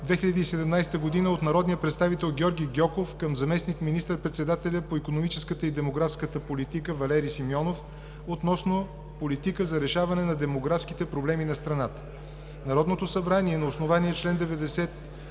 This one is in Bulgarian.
2017 г. от народния представител Георги Гьоков към заместник-министър председателя по икономическата и демографската политика Валери Симеонов относно политика за решаване на демографските проблеми на страната Народното събрание на основание чл. 90,